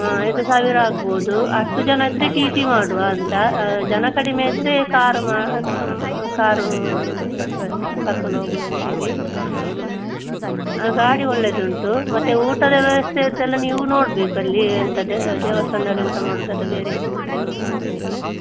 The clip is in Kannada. ಹಾಂ ಐದು ಸಾವಿರ ಆಗ್ಬೋದು ಹತ್ತು ಜನ ಇದ್ದರೆ ಟಿ ಟಿ ಮಾಡುವ ಅಂತ ಜನ ಕಡಿಮೆ ಇದ್ದರೆ ಕಾರು ಮಾ ಕಾರು ಏನಾದರು ವ್ಯವಸ್ಥೆ ಕರ್ಕೊಂಡು ಹೋಗೂದ್ ಅಂತ ಹೇಳಿ ಹಾಂ ಗಾಡಿ ಒಳ್ಳೇದು ಉಂಟು ಮತ್ತೆ ಊಟದ ವ್ಯವಸ್ಥೆಯದ್ದೆಲ್ಲ ನೀವು ನೋಡ್ಬೇಕು ಅಲ್ಲಿ ಎಂಥ ದೇವಸ್ಥಾನದಲ್ಲಿ ಊಟ ಮಾಡೋದಾ ಅಥ್ವಾ ಬೇರೆ ಕಡೆ ಊಟ ಮಾಡೋದಾ ಅಂತೇಳಿ